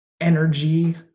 energy